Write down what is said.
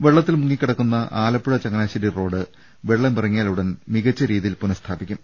വെളളത്തിൽ മുങ്ങികിടക്കുന്ന Alappuzha Changanassery road വെളളമിറങ്ങിയാലുടൻ മികച്ച രീതിയിൽ പുനഃസ്ഥാപിക്കും